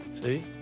See